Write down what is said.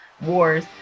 wars